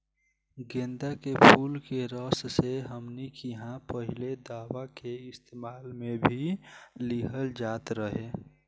गेन्दा के फुल के रस से हमनी किहां पहिले दवाई के इस्तेमाल मे भी लिहल जात रहे